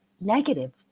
negative